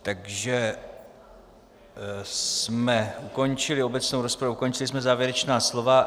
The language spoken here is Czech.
Takže jsme ukončili obecnou rozpravu, ukončili jsme závěrečná slova.